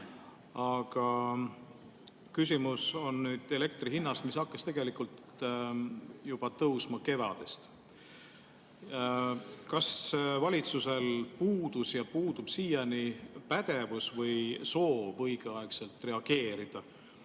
Aga küsimus on nüüd elektri hinnas, mis hakkas tegelikult juba tõusma kevadest. Kas valitsusel puudus ja puudub siiani pädevus või soov õigeaegselt reageerida?